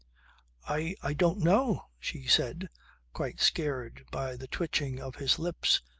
i i don't know, she said quite scared by the twitching of his lips.